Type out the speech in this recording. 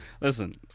listen